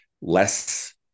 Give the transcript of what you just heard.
less